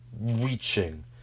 reaching